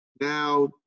Now